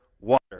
water